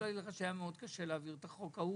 שהיה מאוד קשה להעביר את החוק ההוא.